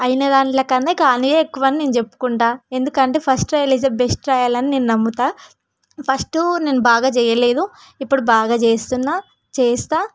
అయినదాంట్లో కన్నా కానివే ఎక్కువ అని నేను చెప్పుకుంటాను ఎందుకంటే first trial is a best trial అని నేను నమ్ముతా ఫస్టు నేను బాగా చేయలేదు ఇప్పుడు బాగా చేస్తున్న చేస్తాను